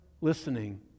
listening